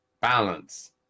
balance